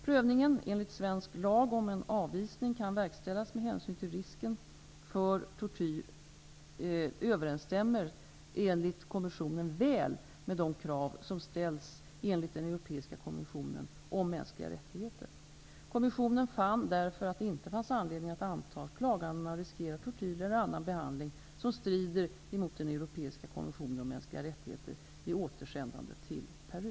Prövningen enligt svensk lag om en avvisning kan verkställas med hänsyn till risken för tortyr överensstämmer enligt kommissionen väl med de krav som ställs enligt den europeiska konventionen om mänskliga rättigheter. Kommissionen fann därför att det inte fanns anledning att anta att klagandena riskerar tortyr eller annan behandling som strider mot den europeiska konventionen om mänskliga rättigheter vid återsändande till Peru.